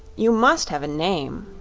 you must have a name.